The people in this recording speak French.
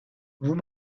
vous